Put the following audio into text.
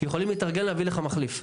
יכולים להביא עובד מחליף.